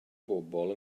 bobol